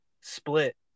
Split